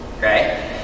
right